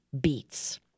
beats